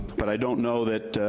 but i don't know that,